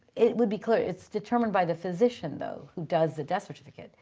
it would be clear. it's determined by the physician though, who does the death certificate.